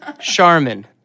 Charmin